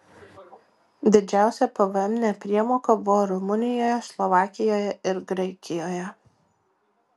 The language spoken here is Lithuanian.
didžiausia pvm nepriemoka buvo rumunijoje slovakijoje ir graikijoje